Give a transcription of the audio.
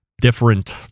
different